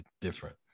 different